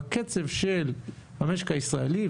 הקצב של המשק הישראלי,